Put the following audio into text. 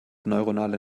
neuronale